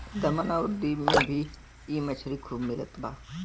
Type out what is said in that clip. दमन अउरी दीव में भी इ मछरी खूब मिलत बा